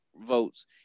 votes